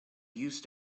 used